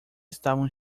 estavam